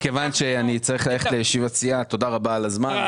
מכיוון שאני צריך ללכת לישיבת סיעה תודה רבה על הזמן.